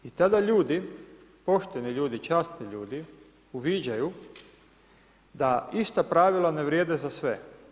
I tada ljudi, pošteni ljudi, časni ljudi, uviđaju da ista pravila ne vrijede za sve.